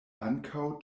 ankaŭ